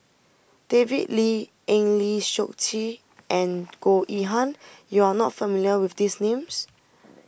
David Lee Eng Lee Seok Chee and Goh Yihan you are not familiar with these names